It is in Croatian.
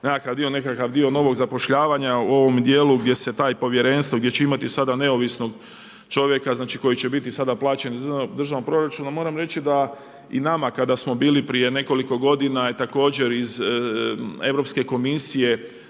nekakav dio novog zapošljavanja u ovom djelu gdje se taj povjerenstvo, gdje će imati sada neovisnog čovjeka koji će biti sada plaćen iz državnog proračuna, moram reći da i nama kada smo bili prije nekoliko godina je također iz europske komisije